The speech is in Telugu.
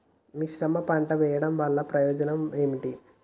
మిశ్రమ పంట వెయ్యడం వల్ల ప్రయోజనం ఏమిటి?